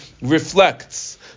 reflects